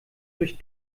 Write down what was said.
durch